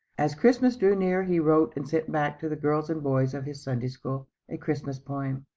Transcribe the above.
as christmas drew near he wrote and sent back to the girls and boys of his sunday school, a christmas poem.